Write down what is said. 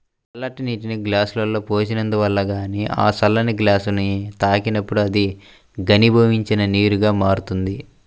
చల్లటి నీటిని గ్లాసులో పోసినందువలన గాలి ఆ చల్లని గ్లాసుని తాకినప్పుడు అది ఘనీభవించిన నీరుగా మారుతుంది